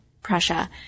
Prussia